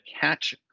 catch